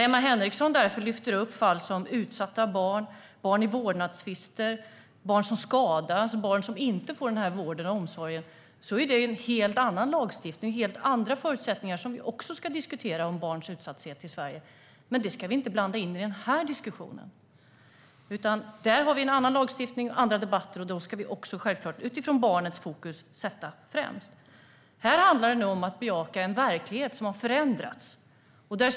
Emma Henriksson lyfter upp fall som utsatta barn, barn i vårdnadstvister, barn som skadas och barn som inte får den vård och omsorg de behöver, men det är helt annan lagstiftning och helt andra förutsättningar, som vi också ska diskutera, när det gäller barns utsatthet i Sverige. Det ska vi inte blanda in i den här diskussionen. Vi har en annan lagstiftning och en annan diskussion rörande de frågorna, och självklart ska vi sätta barnet i fokus även där. Här handlar det om att bejaka en verklighet som har förändrats.